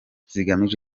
zigamije